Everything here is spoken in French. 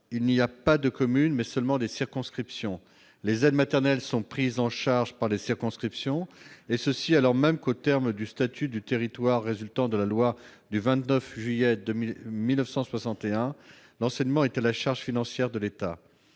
il n'y a pas de communes, mais seulement des circonscriptions. Les aides maternelles sont prises en charge par les circonscriptions, alors même qu'aux termes du statut du territoire résultant de la loi du 29 juillet 1961, l'enseignement est à la charge financière de l'État.